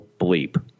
bleep